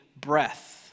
breath